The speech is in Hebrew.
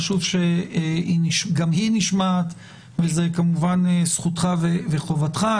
חשוב שגם היא נשמעת וזו כמובן זכותך וחובתך.